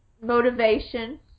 motivation